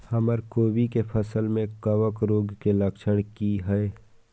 हमर कोबी के फसल में कवक रोग के लक्षण की हय?